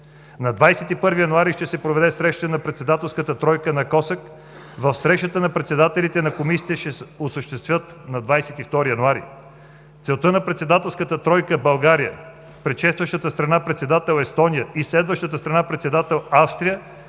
На 21 януари ще се проведе среща на Председателската тройка на КОСАК, а срещата на председателите на комисиите ще се осъществи на 22 януари. Целта на Председателската тройка – България, предшестващата страна председател Естония и следващата страна председател Австрия,